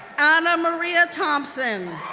anna maria thompson,